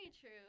true